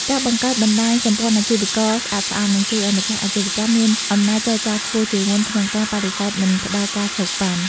ការបង្កើតបណ្ដាញ "សម្ព័ន្ធអាជីវករស្អាតស្អំ" នឹងជួយឱ្យម្ចាស់អាជីវកម្មមានអំណាចចរចាខ្ពស់ជាងមុនក្នុងការបដិសេធមិនផ្ដល់ ការសូកប៉ាន់។